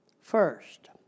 First